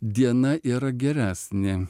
diena yra geresnė